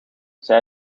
zij